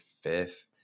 fifth